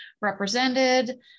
represented